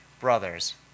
brothers